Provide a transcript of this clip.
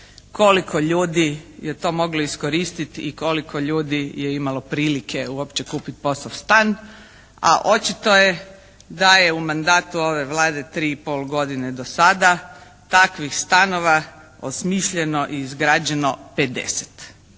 koliko ljudi je to moglo iskoristiti i koliko ljudi je imalo prilike uopće kupiti POS-ov stan, a očito je da je u mandatu ove Vlade 3 i pol godine do sada takvih stanova osmišljeno i izgrađeno 50.